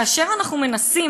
כאשר אנחנו מנסים,